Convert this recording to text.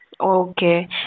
okay